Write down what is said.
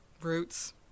roots